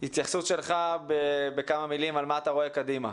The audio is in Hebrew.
התייחסות שלך איך אתה רואה את הדברים הקדימה.